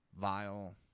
vile